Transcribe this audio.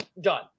done